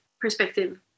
perspective